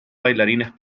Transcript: bailarines